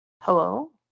Hello